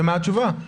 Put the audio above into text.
ומה התשובה?